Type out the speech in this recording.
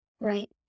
Right